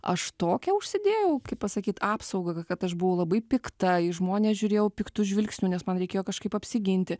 aš tokią užsidėjau kaip pasakyt apsaugą ka kad aš buvau labai pikta į žmones žiūrėjau piktu žvilgsniu nes man reikėjo kažkaip apsiginti